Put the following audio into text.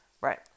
Right